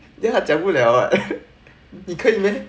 yeah 讲不了 [what] 你可以 meh